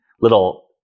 little